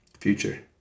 Future